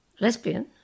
lesbian